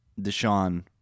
Deshaun